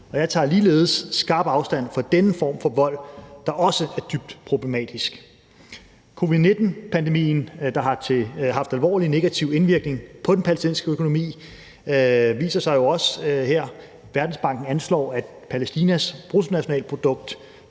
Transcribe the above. og jeg tager ligeledes skarpt afstand fra denne form for vold, der også er dybt problematisk. Covid-19-pandemien, der har haft alvorlig negativ indvirkning på den palæstinensiske økonomi, viser sig jo også her. Verdensbanken anslår, at Palæstinas bruttonationalprodukt